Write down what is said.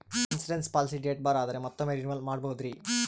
Insurance policy date ಬಾರ್ ಆದರೆ ಮತ್ತೊಮ್ಮೆ ರಿನಿವಲ್ ಮಾಡಬಹುದ್ರಿ?